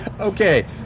Okay